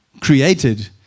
created